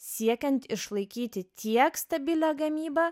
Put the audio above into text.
siekiant išlaikyti tiek stabilią gamybą